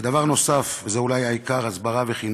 ודבר נוסף, וזה אולי העיקר, הסברה וחינוך.